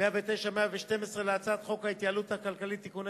109 112 להצעת חוק ההתייעלות הכלכלית (תיקוני